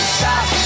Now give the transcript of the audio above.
stop